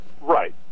Right